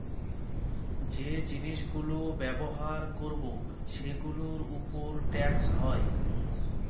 যে জিনিস গুলো ব্যবহার করবো সেগুলোর উপর ট্যাক্স হয়